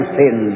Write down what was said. sin